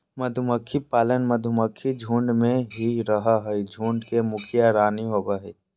मधुमक्खी पालन में मधुमक्खी झुंड में ही रहअ हई, झुंड के मुखिया रानी होवअ हई